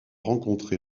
rencontré